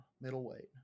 middleweight